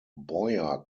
boyer